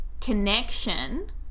connection